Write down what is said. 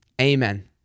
Amen